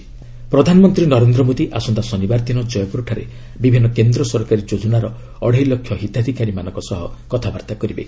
PM Jeypore ପ୍ରଧାନମନ୍ତ୍ରୀ ନରେନ୍ଦ୍ର ମୋଦି ଆସନ୍ତା ଶନିବାର ଦିନ କୟପୁରଠାରେ ବିଭିନ୍ନ କେନ୍ଦ୍ର ସରକାରୀ ଯୋଜନାର ଅଢ଼େଇ ଲକ୍ଷ ହିତାଧିକାରୀଙ୍କ ସହ କଥାବାର୍ତ୍ତା କରିବେ